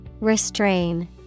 Restrain